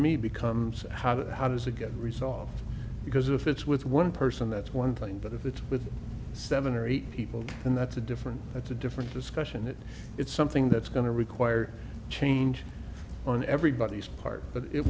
me becomes how to how does it get resolved because if it's with one person that's one thing but if it's with seven or eight people and that's a different that's a different discussion and it's something that's going to require change on everybody's part but it